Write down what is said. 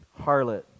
harlot